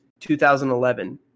2011